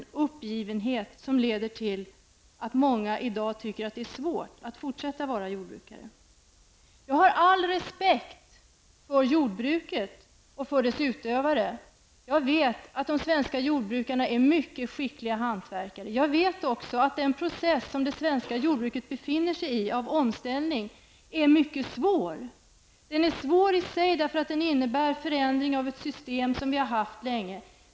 Det leder till en uppgivenhet som gör att många i dag tycker att det är svårt att fortsätta att vara jordbrukare. Jag har all respekt för jordbruket och dess utövare. Jag vet att de svenska jordbrukarna är mycket skickliga hantverkare. Jag vet också att den omställningsprocess som det svenska jordbruket befinner sig i är mycket svår. Den är mycket svår i sig, därför att den innebär en förändring av ett system som vi har haft länge.